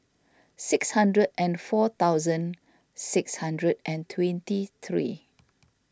six hundred and four thousand six hundred and twenty three